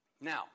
Now